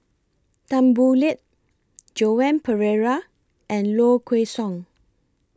Tan Boo Liat Joan Pereira and Low Kway Song